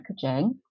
packaging